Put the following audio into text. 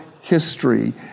history